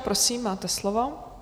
Prosím, máte slovo.